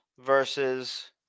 versus